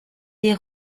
des